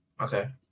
Okay